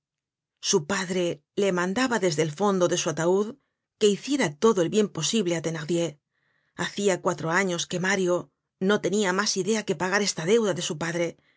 su padre le mandaba desde el fondo de su ataud que luciera todo el bien posible á thenardier bacia cuatro años que mario no tenia mas idea que pagar esta deuda de su padre